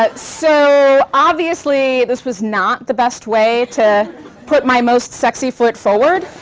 ah so obviously this was not the best way to put my most sexy foot forward.